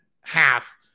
half